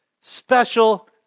Special